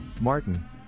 Martin